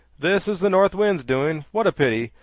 this is the north wind's doing. what a pity!